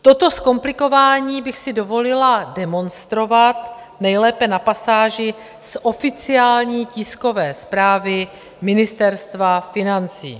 Toto zkomplikování bych si dovolila demonstrovat nejlépe na pasáži z oficiální tiskové zprávy Ministerstva financí.